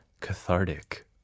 cathartic